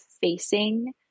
facing